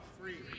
Free